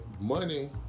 money